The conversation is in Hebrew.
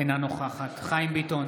אינה נוכחת חיים ביטון,